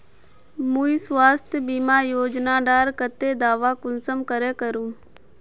मुई स्वास्थ्य बीमा योजना डार केते दावा कुंसम करे करूम?